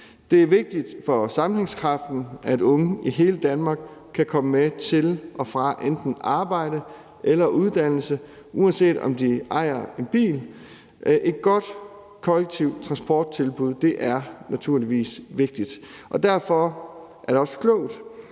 Det er vigtigt for sammenhængskraften, at unge i hele Danmark kan komme med til og fra enten arbejde eller uddannelse, uanset om de ejer en bil eller ej. Et godt kollektivt transporttilbud er naturligvis vigtigt, og derfor er det også klogt,